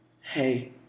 hey